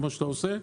כמו שאתה עושה,